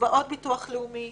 קצבאות ביטוח לאומי,